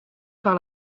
par